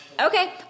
Okay